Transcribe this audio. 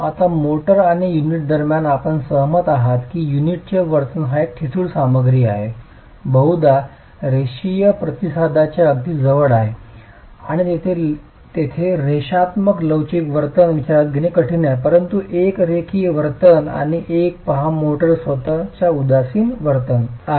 आता मोर्टार आणि युनिट दरम्यान आपण सहमत आहात की युनिटचे वर्तन हा ठिसूळ सामग्री आहे बहुदा रेषीय प्रतिसादाच्या अगदी जवळ आहे आणि तेथे रेषात्मक लवचिक वर्तन विचारात घेणे ठीक आहे परंतु एक रेखीय वर्तन आणि एक पहा मोर्टार स्वतः च्या उदासीन वर्तन आहे